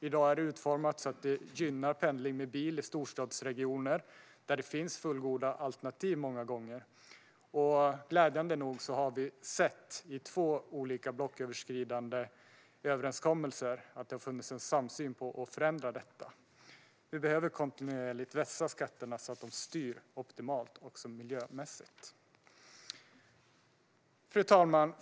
I dag är det utformat så att det gynnar pendling med bil i storstadsregioner där det många gånger finns fullgoda alternativ. Glädjande nog har vi sett i två olika blocköverskridande överenskommelser att det har funnits en samsyn om att förändra detta. Vi behöver kontinuerligt vässa skatterna så att de styr optimalt också miljömässigt. Fru talman!